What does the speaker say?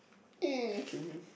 eh can